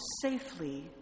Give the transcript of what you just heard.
safely